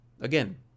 again